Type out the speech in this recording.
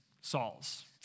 Saul's